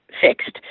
fixed